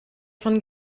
von